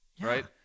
right